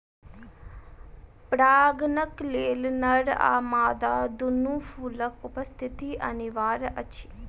परागणक लेल नर आ मादा दूनू फूलक उपस्थिति अनिवार्य अछि